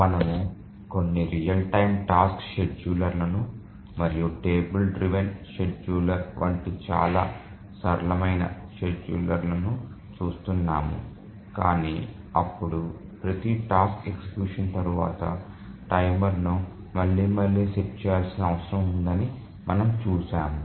మనము కొన్ని real time task షెడ్యూలర్లను మరియు టేబుల్ డ్రివెన్ షెడ్యూలర్ల వంటి చాలా సరళమైన షెడ్యూలర్లను చూస్తున్నాము కాని అప్పుడు ప్రతి టాస్క్ ఎగ్జిక్యూషన్ తర్వాత టైమర్ను మళ్లీ మళ్లీ సెట్ చేయాల్సిన అవసరం ఉందని మనము చూశాము